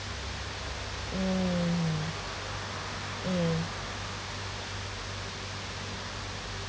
mm mm